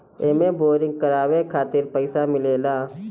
एमे बोरिंग करावे खातिर पईसा मिलेला